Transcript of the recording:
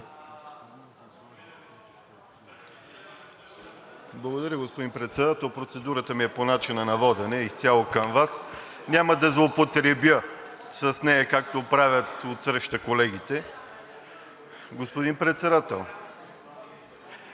Благодаря, господин Председател. Процедурата ми е по начина на водене и е изцяло към Вас. Няма да злоупотребя с нея, както правят колегите отсреща. Господин Председател,